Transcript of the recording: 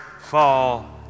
fall